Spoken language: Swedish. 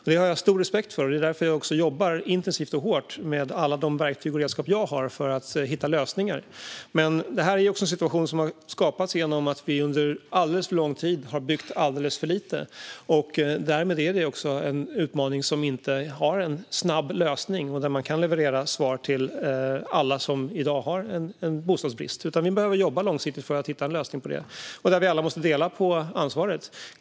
Detta har jag stor respekt för, och det är också därför jag jobbar intensivt och hårt med alla verktyg och redskap jag har för att hitta lösningar. Detta är dock en situation som har skapats genom att vi under alldeles för lång tid har byggt alldeles för lite. Därmed är det också en utmaning som inte har någon snabb lösning och där svar inte kan levereras till alla som i dag drabbas av bostadsbristen. Vi behöver jobba långsiktigt för att hitta en lösning, och vi måste alla dela på ansvaret.